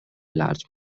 large